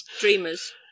Dreamers